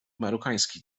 marokański